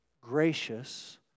gracious